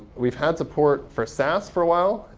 we've had support for sass for awhile.